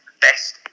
best